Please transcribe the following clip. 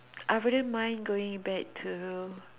I wouldn't mind going back to